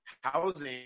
housing